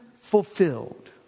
fulfilled